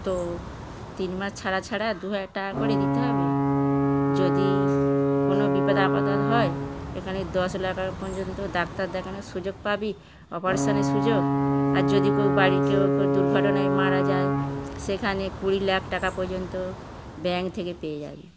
তো তিন মাস ছাড়া ছাড়া দু হাজার টাকা করে দিতে হবে যদি কোনো বিপদ আপদ আর হয় এখানে দশ লাখ আর পর্যন্ত ডাক্তার দেখানোর সুযোগ পাবি অপারেশনের সুযোগ আর যদি কেউ বাড়ির কেউ কেউ দুর্ঘটনায় মারা যায় সেখানে কুড়ি লাখ টাকা পর্যন্ত ব্যাংক থেকে পেয়ে যাবি